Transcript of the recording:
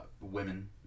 women